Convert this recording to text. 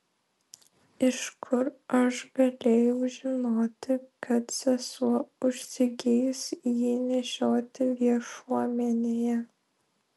iš kur aš galėjau žinoti kad sesuo užsigeis jį nešioti viešuomenėje